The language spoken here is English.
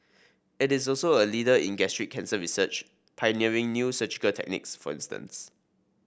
it is also a leader in gastric cancer research pioneering new surgical techniques for instance